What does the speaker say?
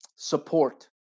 Support